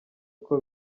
uko